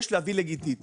יש להביא לגיתית.